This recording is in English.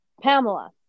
Pamela